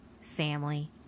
family